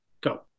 Go